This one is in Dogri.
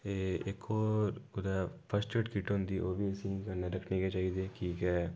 ते इक होर कुदै फर्स्ट ऐड किट होंदी ओह् बी असेंगी कन्नै रक्खनी गै चाहिदी कि के